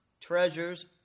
treasures